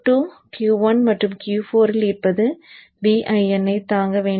Q2 Q1 மற்றும் Q4 இல் இருப்பது Vin ஐ தாங்க வேண்டும்